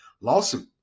lawsuit